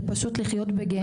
זה פשוט לחיות בגיהינום.